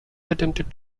attempted